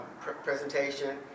presentation